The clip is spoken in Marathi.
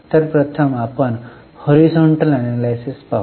तर प्रथम आपण हॉरिझॉन्टल एनलायसिस पाहू